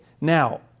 now